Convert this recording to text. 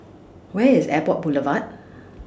Where IS Airport Boulevard